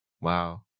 wow